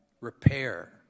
repair